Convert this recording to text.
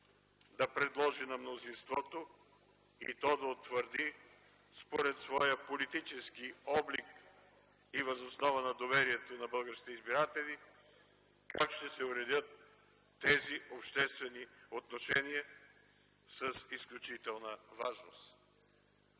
да предложи на мнозинството и то да утвърди според своя политически облик и въз основа на доверието на българските избиратели как ще се уредят тези обществени отношения с изключителна важност.